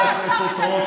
(קוראת בשם חבר הכנסת) שמחה רוטמן,